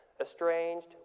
Estranged